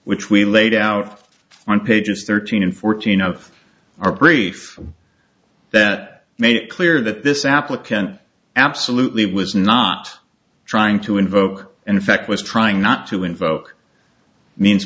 which we laid out on pages thirteen and fourteen of our brief that made it clear that this applicant absolutely was not trying to invoke and in fact was trying not to invoke means